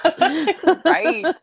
Right